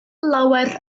lawer